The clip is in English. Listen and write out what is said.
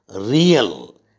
real